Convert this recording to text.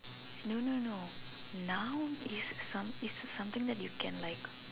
no no no noun is some is something that you can like